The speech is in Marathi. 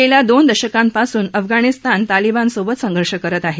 गेल्या दोन दशकांपासून अफगाणीस्तान तालिबानसोबत संघर्ष करत आहे